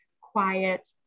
quiet